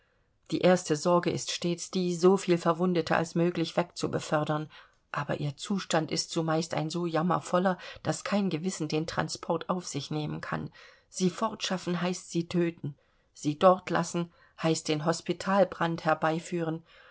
die erste sorge ist stets die so viel verwundete als möglich wegzubefördern aber ihr zustand ist zumeist ein so jammervoller daß kein gewissen den transport auf sich nehmen kann sie fortschaffen heißt sie töten sie dortlassen heißt den hospitalbrand herbeiführen